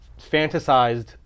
fantasized